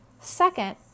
Second